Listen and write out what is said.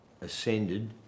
ascended